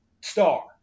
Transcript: star